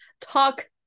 Talk